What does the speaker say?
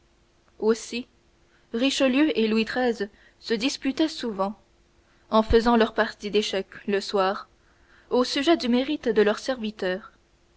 aussi richelieu et louis xiii se disputaient souvent en faisant leur partie d'échecs le soir au sujet du mérite de leurs serviteurs